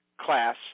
class